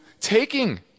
taking